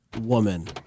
woman